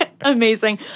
Amazing